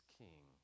king